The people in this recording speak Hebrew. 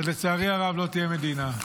אז לצערי הרב לא תהיה מדינה.